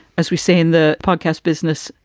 as we say in the podcast business.